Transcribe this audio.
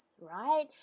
right